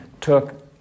took